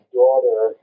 daughter